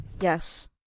Yes